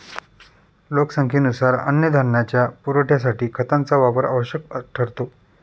लोकसंख्येनुसार अन्नधान्याच्या पुरवठ्यासाठी खतांचा वापर आवश्यक ठरतो